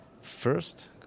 first